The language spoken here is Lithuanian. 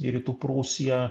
į rytų prūsiją